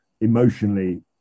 emotionally